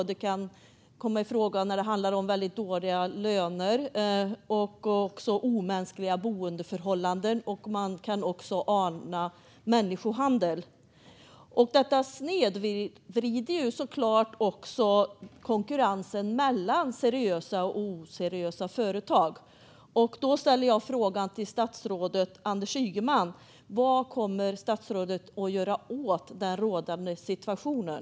Det kan handla om väldigt dåliga löner och omänskliga boendeförhållanden, och man kan också ana människohandel. Detta snedvrider såklart konkurrensen mellan seriösa och oseriösa företag. Jag vill därför ställa en fråga till statsrådet Anders Ygeman: Vad kommer statsrådet att göra åt den rådande situationen?